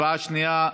הצבעה שנייה.